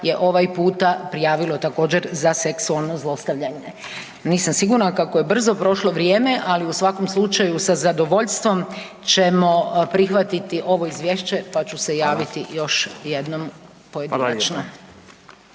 je ovaj puta prijavilo također za seksualno zlostavljanje. Nisam sigurna kako je brzo prošlo vrijeme, ali u svakom slučaju sa zadovoljstvom ćemo prihvatiti ovo Izvješće, pa ću se javiti još jednom pojedinačno.